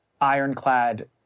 ironclad